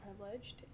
privileged